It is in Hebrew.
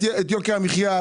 את יוקר המחייה,